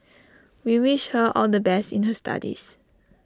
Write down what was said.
we wish her all the best in her studies